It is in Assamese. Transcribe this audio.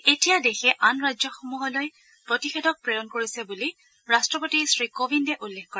এতিয়া দেশে আন ৰাষ্টসমূহলৈ প্ৰতিষেধক প্ৰেৰণ কৰিছে বুলি ৰাষ্টপতি শ্ৰীকোবিন্দে উল্লেখ কৰে